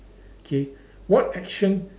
K what action